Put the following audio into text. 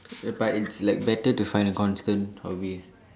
but it's like better to find a constant hobby